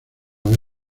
vez